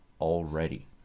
already